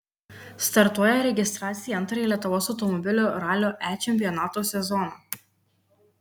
startuoja registracija į antrąjį lietuvos automobilių ralio e čempionato sezoną